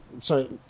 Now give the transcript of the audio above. Sorry